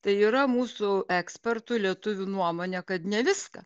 tai yra mūsų ekspertų lietuvių nuomonė kad ne viską